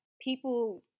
people